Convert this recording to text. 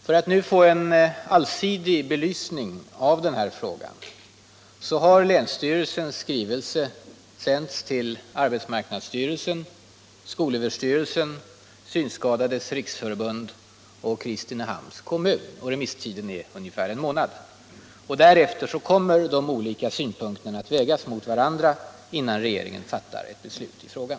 För att vi nu skall få en allsidig belysning av den här frågan har länsstyrelsens skrivelse sänts till arbetsmarknadsstyrelsen, skolöverstyrelsen, Synskadades riksförbund och Kristinehamns kommun, och remisstiden är ungefär en månad. Därefter kommer de olika synpunkterna att vägas mot varandra innan regeringen fattar ett beslut i frågan.